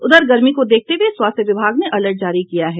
उधर गर्मी को देखते हुये स्वास्थ्य विभाग ने अलर्ट जारी किया है